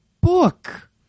book